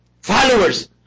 Followers